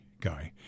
guy